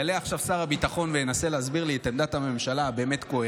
יעלה עכשיו שר הביטחון וינסה להסביר לי את עמדת הממשלה הבאמת-קוהרנטית